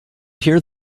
hear